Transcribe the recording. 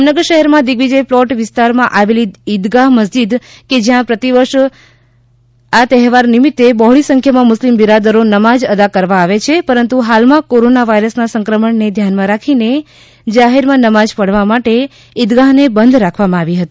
જામનગર શહેરમાં દિગ્વિજય પ્લોટ વિસ્તારમાં આવેલી ઈદગાહ મસ્જિદ કે જ્યાં પ્રતિવર્ષ બકરી ઇદના તહેવારના દિવસે બહોળી સંખ્યામાં મુસ્લિમ બિરાદરો નમાજ અદા કરવા માટે આવે છે પરંતુ હાલમાં કોરોના વાયરસના સંક્રમણને ધ્યાનમાં રાખીને જાહેરમાં નમાજ પઢવા માટે ઇદગાહને બંધ રાખવામાં આવી હતી